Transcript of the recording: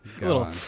little